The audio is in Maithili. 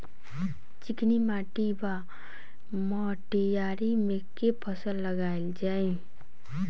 चिकनी माटि वा मटीयारी मे केँ फसल लगाएल जाए?